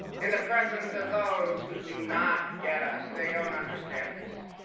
in the presence of those who do not get us, they don't understand us.